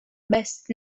best